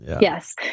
yes